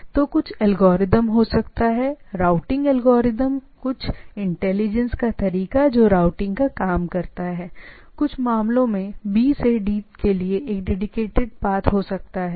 तो यह हो सकता है कुछ एल्गोरिथ्म हो सकता है राउटिंग अल्गोरिद्म कुछ इंटेलिजेंस का तरीका जो राउटिंग का काम करता है कुछ मामलों में एक डेडीकेटेड पाथ हो सकता है यदि B से D यह वह पाथ है जो वहाँ है ठीक है